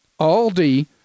Aldi